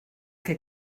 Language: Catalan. que